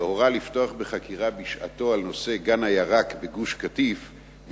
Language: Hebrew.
הורה לפתוח בחקירה על נושא גן הירק בגוש-קטיף בשעתו,